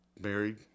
married